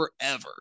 forever